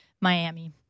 Miami